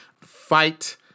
fight